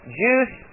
juice